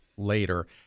later